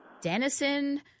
Denison